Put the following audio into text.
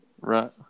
Right